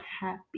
happy